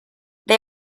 they